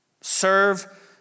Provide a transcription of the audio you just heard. Serve